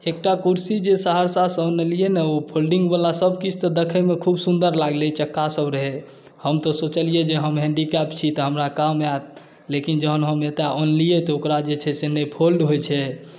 एकटा कुरसी जे सहरसासँ अनलियै ने ओ फोल्डिंगवला सभकिछु तऽ देखैमे खूब सुन्दर लागलै चक्कासभ रहै हम तऽ सोचलियै जे हम हैन्डीकैप छी तऽ हमरा काम आयत लेकिन जहन हम एतय अनलियै तऽ ओकरा जे छै से नहि फोल्ड होइत छै